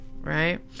right